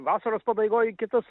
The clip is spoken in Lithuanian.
vasaros pabaigoj kitus